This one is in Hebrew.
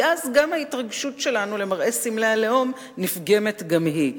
כי אז ההתרגשות שנגרמת לנו למראה סמלי הלאום נפגמת גם היא.